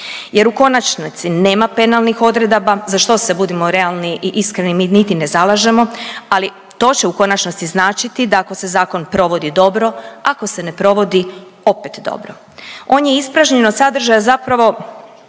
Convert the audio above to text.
jer u konačnici nema penalnih odredaba za što se budimo realni i iskreni mi niti ne zalažemo ali to će u konačnosti značiti da ako se zakon provodi dobro, ako se ne provodi opet dobro. On je ispražnjen od sadržaja zapravo